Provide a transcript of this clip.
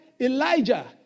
Elijah